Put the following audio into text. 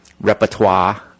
repertoire